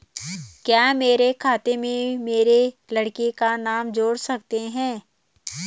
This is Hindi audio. क्या मेरे खाते में मेरे लड़के का नाम जोड़ सकते हैं?